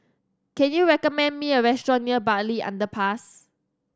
can you recommend me a restaurant near Bartley Underpass